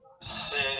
city